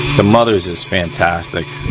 the mothers is fantastic.